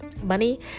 money